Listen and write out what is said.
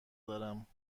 دارم